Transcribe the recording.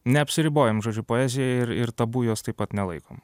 neapsiribojam žodžiu poezija ir ir tabu jos taip pat nelaikom